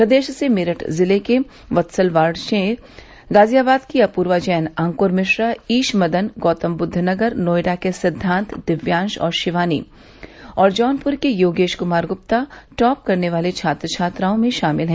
प्रदेश से मेरठ जिले के वत्सल वार्ष्येय गाजियाबाद की अपूर्वा जैन अंकुर मिश्रा ईश मदन गौतमबुद्दनगर नोएडा के सिद्वान्त दिव्यांश और शिवानी और जौनप्र के योगेश कुमार गुप्ता टॉप करने वालें छात्र छात्रओं में शामिल हैं